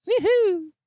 Woohoo